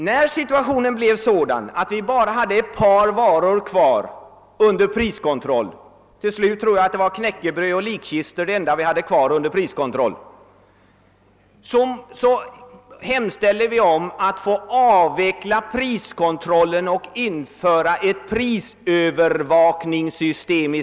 När situationen blev den att vi bara hade ett par varor kvar under priskontrollen — jag vill minnas att det var knäckebröd och likkistor — hemställde vi om att få avveckla priskontrollen och i stället införa ett prisövervakningssystem.